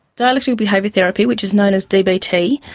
dialectical behaviour therapy, which is known as dbt,